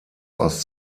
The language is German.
aus